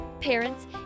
Parents